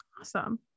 Awesome